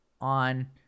on